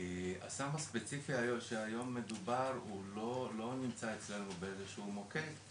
הסם הספציפי שהיום מדובר הוא לא נמצא אצלנו באיזשהו מוקד,